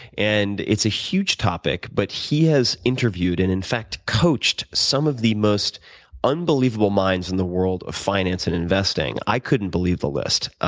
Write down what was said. and it's a huge topic, but he has interviewed, and in fact, coached some of the most unbelievable minds in the world of finance and investing. i couldn't believe the list,